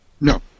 No